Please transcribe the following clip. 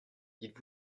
dites